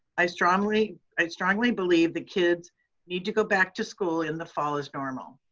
i strongly i strongly believe the kids need to go back to school in the fall as normal.